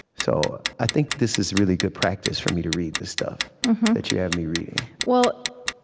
so i think this is really good practice, for me to read this stuff that you have me reading well,